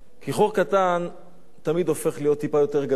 כי חור קטן תמיד הופך להיות יותר גדול,